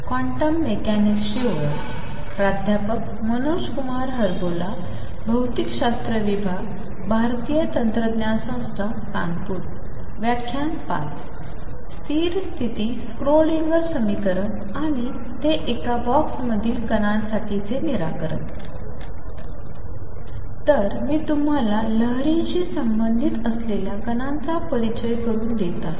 स्थिर स्थिति स्क्रोडिंगर समीकरण आणि ते एका बॉक्समधील कणांसाठीचे निराकरण आहे तर मी तुम्हाला लहरींशी संबंधित असलेल्या कणांचा परिचय करून देत आहे